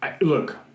Look